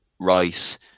rice